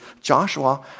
Joshua